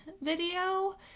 video